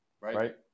Right